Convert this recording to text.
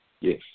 Yes